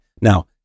Now